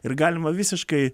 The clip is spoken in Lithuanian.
ir galima visiškai